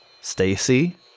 Stacy